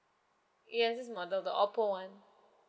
yes this is the model the oppo [one]